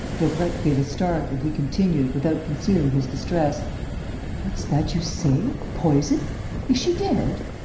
daubrecq gave a start and he continued, without concealing his distress what's that you say? poison! is she dead?